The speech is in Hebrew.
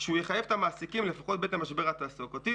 שהוא יחייב את המעסיקים לפחות בעת המשבר התעסוקתי,